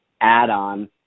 add-on